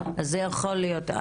אז זה יכול להיות.